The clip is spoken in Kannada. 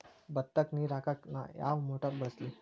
ಭತ್ತಕ್ಕ ನೇರ ಹಾಕಾಕ್ ನಾ ಯಾವ್ ಮೋಟರ್ ಬಳಸ್ಲಿ?